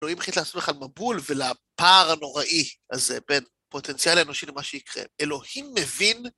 אלוהים החליט לעשות בכלל מבול ועל הפער הנוראי הזה בין פוטנציאל האנושי למה שיקרה. אלוהים מבין...